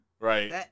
Right